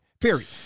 period